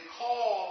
call